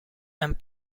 and